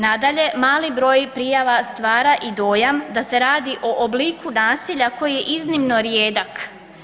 Nadalje, mali broj prijava stvara i dojam da se radi o obliku nasilja koji je iznimno rijedak.